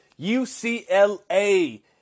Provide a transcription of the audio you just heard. UCLA